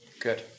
Good